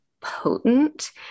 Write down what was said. Potent